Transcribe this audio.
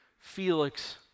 Felix